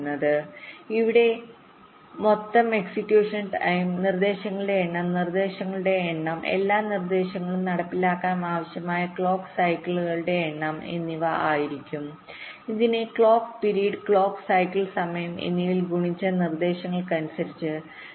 അതിനാൽ ഇവിടെ മൊത്തം എക്സിക്യൂഷൻ സമയം നിർദ്ദേശങ്ങളുടെ എണ്ണം നിർദ്ദേശങ്ങളുടെ എണ്ണം എല്ലാ നിർദ്ദേശങ്ങളും നടപ്പിലാക്കാൻ ആവശ്യമായ ക്ലോക്ക് സൈക്കിളുകളുടെഎണ്ണം എന്നിവ ആയിരിക്കും ഇതിനെ ക്ലോക്ക് പിരീഡ് ക്ലോക്ക് സൈക്കിൾ സമയം എന്നിവയാൽ ഗുണിച്ച നിർദ്ദേശങ്ങൾക്കനുസരിച്ച് സൈക്കിൾസ് എന്ന് വിളിക്കുന്നു